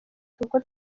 kuko